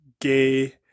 gay